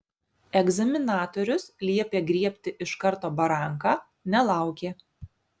egzaminatorius liepė griebti iš karto baranką nelaukė